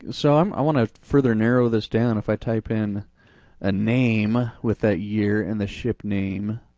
and so um i wanna further narrow this down. if i type in a name with that year and the ship name,